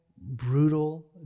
brutal